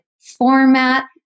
format